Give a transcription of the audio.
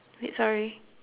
wait sorry